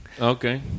Okay